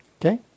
Okay